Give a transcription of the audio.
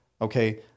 okay